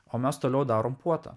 o mes toliau darom puotą